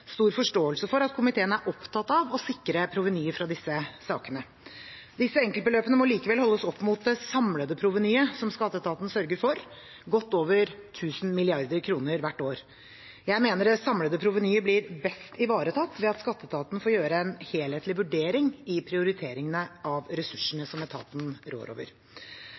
stor forståelse for at komiteen er opptatt av å sikre provenyet fra disse sakene. Disse enkeltbeløpene må likevel holdes opp mot det samlede provenyet som skatteetaten sørger for – godt over 1 000 mrd. kr hvert år. Jeg mener det samlede provenyet blir best ivaretatt ved at skatteetaten får gjøre en helhetlig vurdering i prioriteringen av ressursene som etaten rår over.